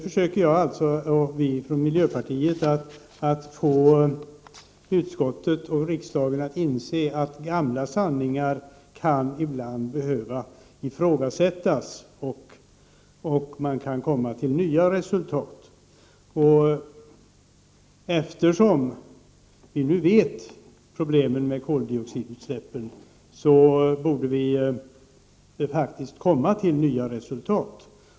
Vi från miljöpartiet försöker nu få utskottet och riksdagen att inse att gamla sanningar ibland kan behöva ifrågasättas och att man kan komma till nya resultat. Eftersom vi nu känner till problemen med koldioxidutsläppen, borde vi kunna komma till nya resultat.